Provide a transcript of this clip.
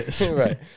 right